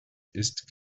ist